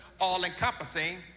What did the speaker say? all-encompassing